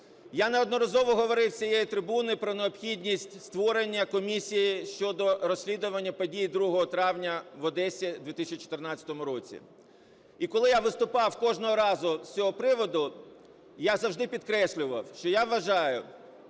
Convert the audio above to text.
Я неодноразово говорив з цієї трибуни про необхідність створення комісії щодо розслідування подій 2 травня в Одесі в 2014 році. І коли я виступав кожного разу з цього приводу, я завжди підкреслював, що я вважаю,